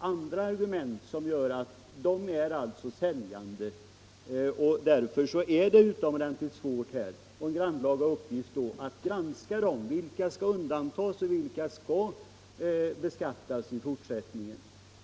argument som är säljande. Därför är det en utomordentligt svår och grannlaga uppgift att avgöra vilka som skall beskattas och vilka som skall undantas i fortsättningen.